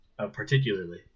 particularly